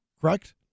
correct